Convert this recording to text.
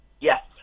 yes